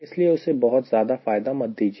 इसलिए उसे बहुत ज्यादा फायदा मत दीजिए